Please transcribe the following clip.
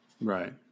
Right